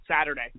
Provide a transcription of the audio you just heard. Saturday